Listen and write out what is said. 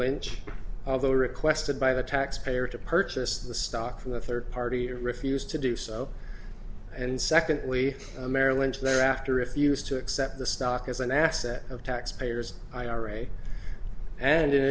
lynch although requested by the taxpayer to purchase the stock from the third party refused to do so and secondly marilyn's thereafter refused to accept the stock as an asset of taxpayers ira and in